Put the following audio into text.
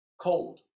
cold